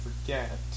forget